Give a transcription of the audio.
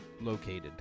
located